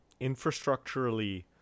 infrastructurally